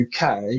UK